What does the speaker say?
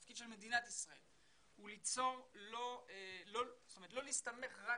התפקיד של מדינת ישראל הוא לא להסתמך רק